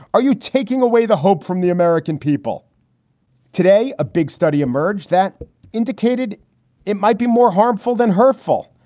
are you taking away the hope from the american people today? a big study emerged that indicated it might be more harmful than hurtful,